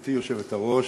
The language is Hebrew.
גברתי היושבת-ראש,